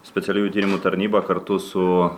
specialiųjų tyrimų tarnyba kartu su